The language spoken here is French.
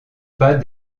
pas